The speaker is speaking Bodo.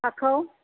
हाखौ